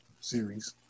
series